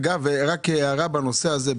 אגב, הערה בנושא הזה.